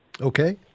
Okay